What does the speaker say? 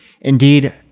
Indeed